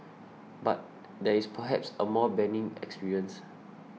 but there is perhaps a more benign experience